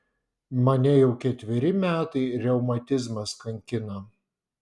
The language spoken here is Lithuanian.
mane jau ketveri metai reumatizmas kankina